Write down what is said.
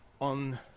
on